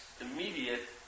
immediate